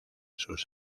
sus